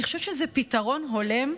אני חושבת שזה פתרון הולם,